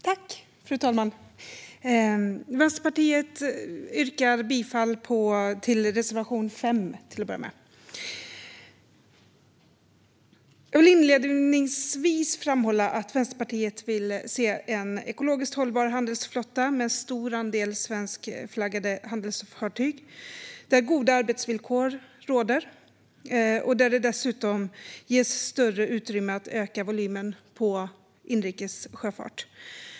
Fru talman! Vänsterpartiet yrkar bifall till reservation 5. Jag vill inledningsvis framhålla att Vänsterpartiet vill se en ekologiskt hållbar handelsflotta med en stor andel svenskflaggade handelsfartyg där goda arbetsvillkor råder och där det dessutom ges större utrymme för att öka volymen på inrikes sjöfart.